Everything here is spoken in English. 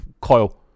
coil